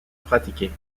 pratiquée